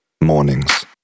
mornings